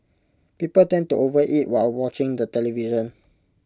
people tend to overeat while watching the television